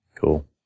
Cool